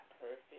perfect